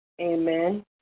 Amen